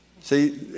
See